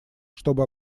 чтобы